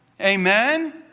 Amen